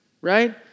Right